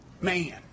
Man